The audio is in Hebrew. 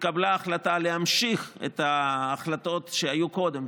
התקבלה החלטה להמשיך את ההחלטות שהיו קודם,